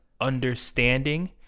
understanding